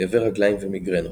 כאבי רגליים ומיגרנות.